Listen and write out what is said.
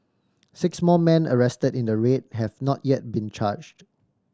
six more man arrested in the raid have not yet been charged